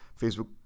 Facebook